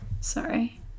Sorry